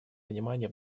внимание